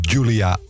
Julia